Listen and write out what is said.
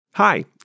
Hi